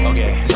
Okay